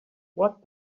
what